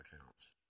accounts